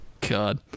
god